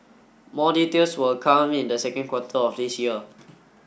more details will come in the second quarter of this year